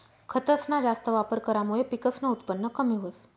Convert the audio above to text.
खतसना जास्त वापर करामुये पिकसनं उत्पन कमी व्हस